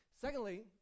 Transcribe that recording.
Secondly